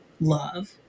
love